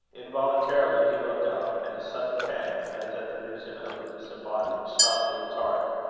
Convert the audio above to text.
involuntarily he looked up, and a sudden pang, as at the vision of the disembodied, shot through his heart.